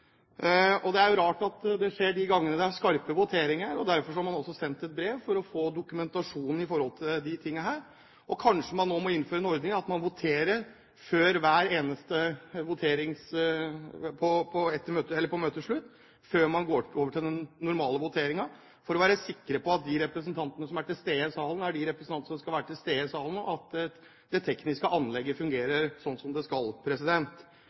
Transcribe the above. Det er rart at det skjer de gangene det er skarpe voteringer. Derfor har man også sendt et brev for å få dokumentasjon på disse tingene. Kanskje man nå må innføre den ordningen at man voterer ved møtets slutt før man går over til den normale voteringen, for å være sikker på at de representantene som er til stede i salen, er de representantene som skal være til stede i salen, og at det tekniske anlegget fungerer slik som det skal.